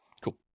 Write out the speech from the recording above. Cool